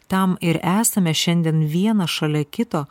tam ir esame šiandien vienas šalia kito